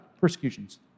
persecutions